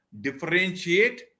differentiate